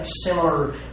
similar